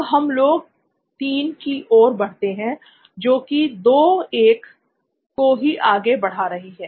अब हम लोग 3 की ओर बढ़ते हैं जो कि 2 को ही आगे बढ़ा रही है